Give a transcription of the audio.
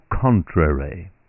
contrary